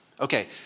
Okay